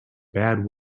bad